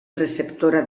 receptora